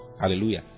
Hallelujah